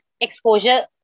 Exposure